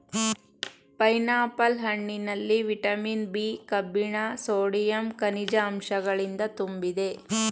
pineapple ಹಣ್ಣಿನಲ್ಲಿ vitamin B, ಕಬ್ಬಿಣ sodium, ಕನಿಜ ಅಂಶಗಳಿಂದ ತುಂಬಿದೆ